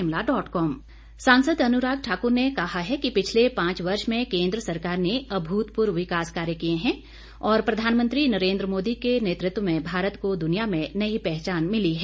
अनुराग सांसद अनुराग ठाक्र ने कहा है कि पिछले पांच वर्ष में केंद्र सरकार ने अभूतपूर्व विकास कार्य किए हैं और प्रधानमंत्री नरेंद्र मोदी के नेतृत्व में भारत को दुनिया में नई पहचान मिली है